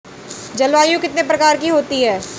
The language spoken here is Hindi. जलवायु कितने प्रकार की होती हैं?